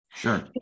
Sure